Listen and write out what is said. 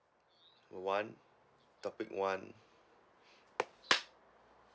one topic one